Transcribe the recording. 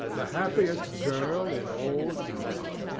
the happiest girl in all utah.